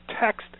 text